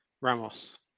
Ramos